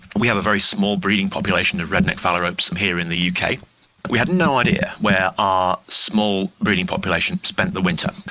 we have a very small breeding population of red-necked phalaropes here in the uk. we had no idea where our small breeding population spent the winter,